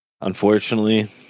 Unfortunately